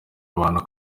abantu